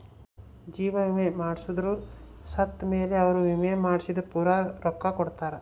ಜೀವ ವಿಮೆ ಮಾಡ್ಸದೊರು ಸತ್ ಮೇಲೆ ಅವ್ರ ವಿಮೆ ಮಾಡ್ಸಿದ್ದು ಪೂರ ರೊಕ್ಕ ಕೊಡ್ತಾರ